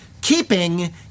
Keeping